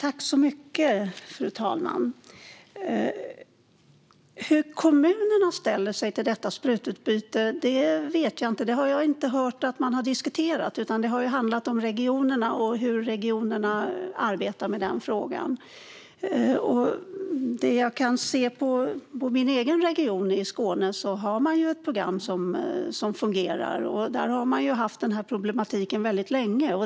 Fru talman! Hur kommunerna ställer sig till detta sprututbyte vet jag inte. Det har jag inte hört att man har diskuterat, utan det har handlat om regionerna och hur regionerna arbetar med den frågan. I min egen hemregion Skåne har man ett program som fungerar. Där har man haft den här problematiken väldigt länge.